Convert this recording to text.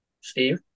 Steve